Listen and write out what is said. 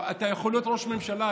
אתה יכול להיות ראש ממשלה.